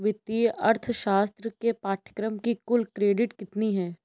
वित्तीय अर्थशास्त्र के पाठ्यक्रम की कुल क्रेडिट कितनी है?